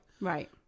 Right